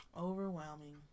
Overwhelming